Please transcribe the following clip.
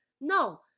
No